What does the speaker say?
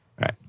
Right